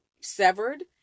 severed